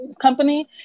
company